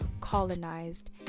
colonized